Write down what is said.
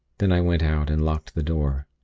then i went out, and locked the door.